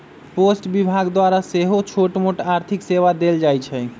post विभाग द्वारा सेहो छोटमोट आर्थिक सेवा देल जाइ छइ